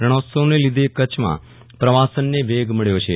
રણોત્સવને લીધે કચ્છમાં પ્રવાસનને વેગ મળ્યો છે